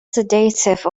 sedative